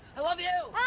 i love you